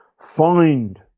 find